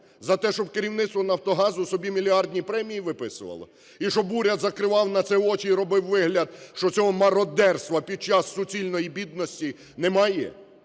За те, щоб керівництво "Нафтогазу" собі мільярдні премії виписувало? І щоб уряд закривав на це очі і робив вигляд, що цього мародерства під час суцільної бідності немає.